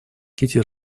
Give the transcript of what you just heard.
кити